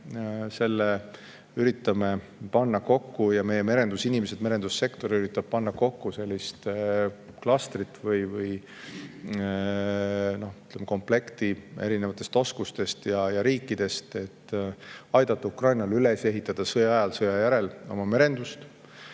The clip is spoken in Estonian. selle üritame panna kokku ja meie merendusinimesed, merendussektor üritavad panna kokku sellist klastrit või komplekti erinevatest oskustest ja riikidest aidata Ukrainal sõja ajal ja sõja järel oma merendust